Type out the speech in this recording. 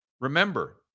Remember